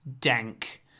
dank